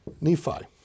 Nephi